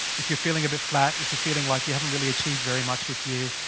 if you're feeling a bit flat. if you're feeling like you haven't really achieved very much this year.